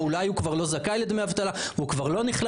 או שאולי אנחנו מודדים את מי שכבר לא זכאי וכבר לא נכלל?